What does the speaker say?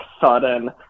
sudden